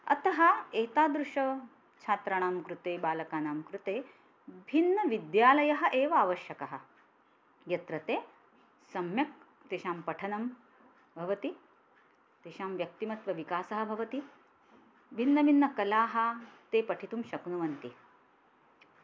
अतः एतादृशच्छात्राणां कृते बालकानां कृते भिन्नविद्यालयः एव आवश्यकः यत्र ते सम्यक् तेषां पठनं भवति तेषां व्यक्तिमत्वविकासः भवति भिन्नभिन्नकलाः ते पठितुं शक्नुवन्ति